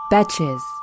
Betches